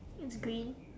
it's green